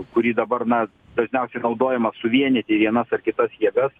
kuri dabar na dažniausiai naudojama suvienyti vienas ar kitas jėgas